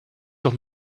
doch